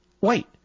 Wait